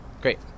Great